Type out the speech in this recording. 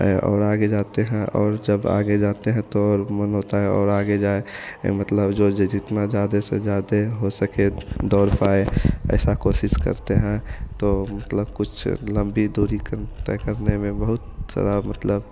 और आगे जाते हैं और जब आगे जाते हैं तो और मन होता है और आगे जाए मतलब जो जे जितना ज़्यादा से ज़्यादा हो सके दौड़ पाए ऐसा कोशिश करते हैं तो मतलब कुछ लंबी दूरी कर तय करने में बहुत सारा मतलब